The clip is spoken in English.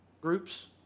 groups